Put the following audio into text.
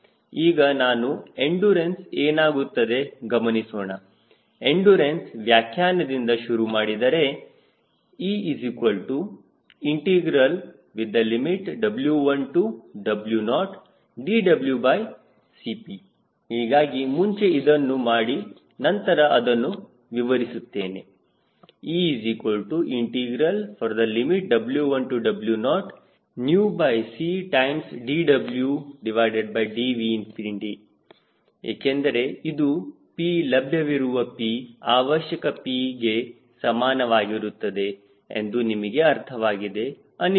ಈಗ ನಾವು ಎಂಡುರನ್ಸ್ ಏನಾಗುತ್ತದೆ ಗಮನಿಸೋಣ ಎಂಡುರನ್ಸ್ ವ್ಯಾಖ್ಯಾನದಿಂದ ಶುರುಮಾಡಿದರೆ EW1W0dWCP ಹೀಗಾಗಿ ಮುಂಚೆ ಇದನ್ನು ಮಾಡಿ ನಂತರ ಅದನ್ನು ವಿವರಿಸುತ್ತೇನೆ EW1W0CdWDV ಏಕೆಂದರೆ ಇದು P ಲಭ್ಯವಿರುವ P ಅವಶ್ಯಕ Pಗೆ ಸಮಾನವಾಗಿರುತ್ತದೆ ಎಂದು ನಿಮಗೆ ಅರ್ಥವಾಗಿದೆ ಅನಿಸುತ್ತದೆ